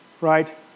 right